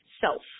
self